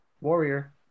Warrior